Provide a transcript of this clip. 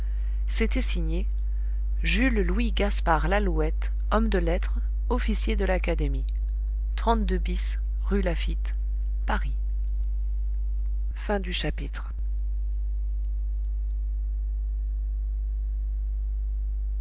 c'était signé jules louis gaspard lalouette homme de lettres officier de l'académie bis rue laffitte paris